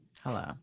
Hello